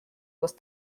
was